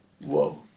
Whoa